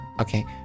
Okay